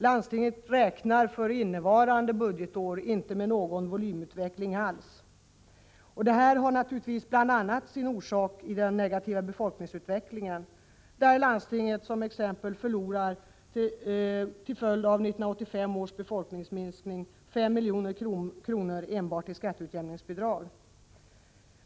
Landstinget räknar för innevarande budgetår inte med någon volymutveckling alls. Detta har bl.a. sin orsak i den negativa befolkningsutvecklingen. Landstinget förlorade exempelvis under 1985 till följd av befolkningsminskningen 5 milj.kr. enbart i skatteutjämningsbidrag.